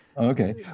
Okay